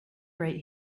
right